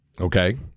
Okay